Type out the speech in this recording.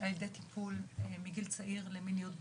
על-ידי טיפול מגיל צעיר למיניות בריאה,